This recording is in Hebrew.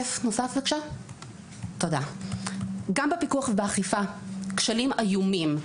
גם בפיקוח ובאכיפה, כשלים איומים.